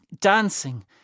dancing